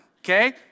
Okay